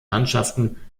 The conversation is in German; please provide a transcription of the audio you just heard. mannschaften